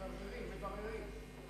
מבררים.